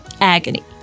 agony